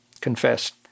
confessed